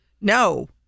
No